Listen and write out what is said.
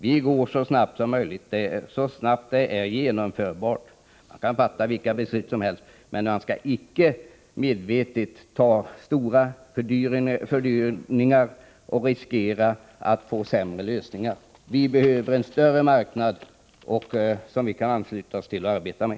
Vi går alltså så snabbt som det är genomförbart. Man kan fatta vilka beslut som helst, men man skall icke medvetet ta stora fördyringar och riskera att få sämre lösningar. Vi behöver en större marknad, som vi kan ansluta oss till och arbeta med.